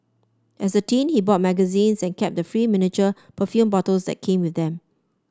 as a teen he bought magazines and kept the free miniature perfume bottles that came with them